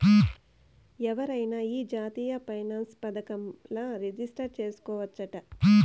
ఎవరైనా ఈ జాతీయ పెన్సన్ పదకంల రిజిస్టర్ చేసుకోవచ్చట